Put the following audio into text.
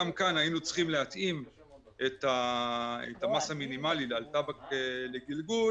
גם כאן היינו צריכים להתאים את המס המינימאלי על טבק לגלגול.